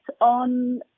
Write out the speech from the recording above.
on